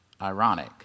ironic